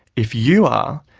if you are,